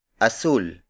Azul